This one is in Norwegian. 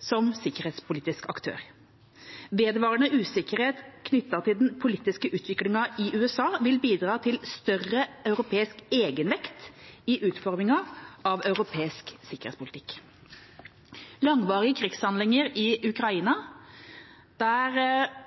som sikkerhetspolitisk aktør. Vedvarende usikkerhet knyttet til den politiske utviklingen i USA vil bidra til større europeisk egenvekt i utformingen av europeisk sikkerhetspolitikk. Langvarige krigshandlinger i Ukraina, der